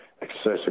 excessive